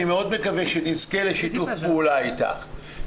אני מאוד מקווה שנזכה לשיתוף פעולה איתך.